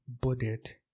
budded